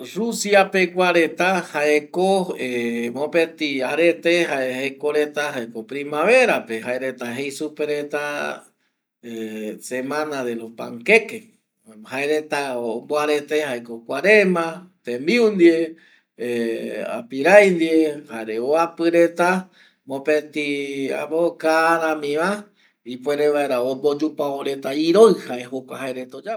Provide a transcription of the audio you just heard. Rusia pegua reta jaeko arete jaeko primavera pe jae reta jei semana de los panqueques jaema jae reta ombo arete jaeko kuarema tembiu ndie ˂hesitation˃ apiraindie jare uapi reta mopeti boka rami va ipuere vaera omoyupavo reta iroi jaereta jokua oyapo